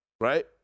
right